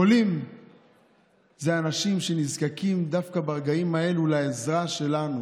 חולים הם אנשים שנזקקים דווקא ברגעים האלה לעזרה שלנו,